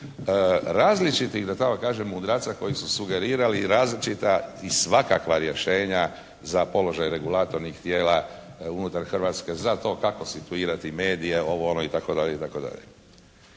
različitih da tako kažem mudraca koji su sugerirali različita i svakakva rješenja za položaj regulatornih tijela unutar Hrvatske za to kako situirati medije, ovo, ono itd.